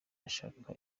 ashaka